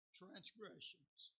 transgressions